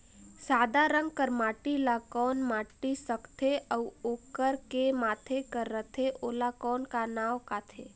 सादा रंग कर माटी ला कौन माटी सकथे अउ ओकर के माधे कर रथे ओला कौन का नाव काथे?